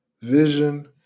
Vision